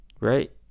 Right